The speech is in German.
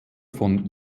von